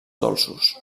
dolços